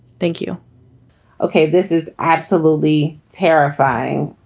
thank you ok. this is absolutely terrifying.